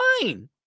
fine